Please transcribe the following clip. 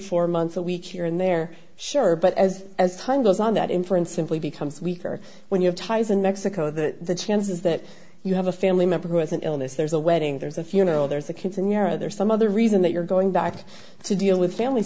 four months a week here and there sure but as as time goes on that inference simply becomes weaker when you have ties in mexico the chances that you have a family member who has an illness there's a wedding there's a funeral there's the kids and you know there's some other reason that you're going back to deal with family